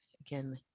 Again